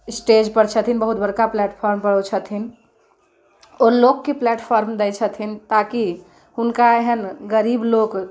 स्टेजपर छथिन बहुत बड़का प्लेटफार्मपर ओ छथिन ओ लोकके प्लेटफार्म दै छथिन ताकि हुनका एहन गरीब लोक